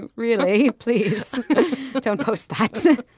and really. please don't post that